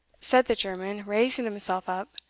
said the german, raising himself up,